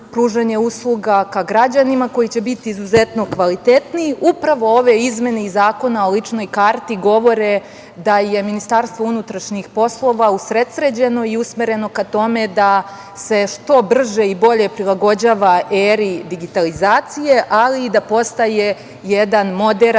usluga ka građanima koji će biti izuzetnog kvaliteta ili upravo ove izmene iz zakona o ličnoj karti govore da je MUP usredsređeno i usmereno ka tome da se što brže i bolje prilagođava eri digitalizacije, ali i da postaje jedan moderan i